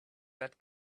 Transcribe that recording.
that